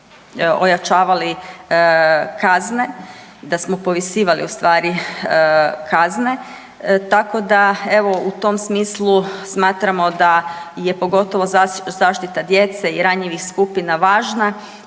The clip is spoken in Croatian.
ojačavali kazne, da smo povisivali ustvari, kazne, tako da, evo, u tom smislu smatramo da je pogotovo zaštita djece i ranijih skupina važna